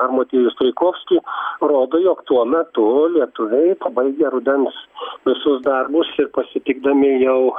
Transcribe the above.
ar motiejų straikovskį parodo jog tuo metu lietuviai pabaigę rudens visus darbus ir pasitikdami jau